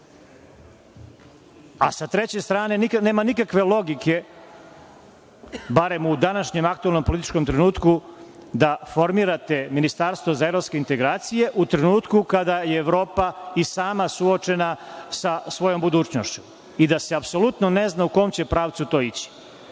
treće strane nema nikakve logike barem u današnjem aktuelnom političkom trenutku da formirate ministarstvo za evropske integracije u trenutku kada je Evropa i sama suočena sa svojom budućnošću i da se apsolutno ne zna u kom će pravcu to